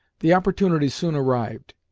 the opportunity soon arrived.